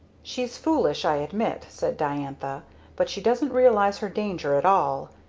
she's foolish, i admit, said diantha but she doesn't realize her danger at all.